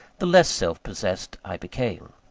the less self-possessed i became.